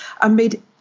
amid